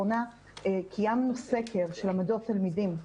קיימנו סקר של עמדות תלמידים,